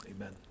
Amen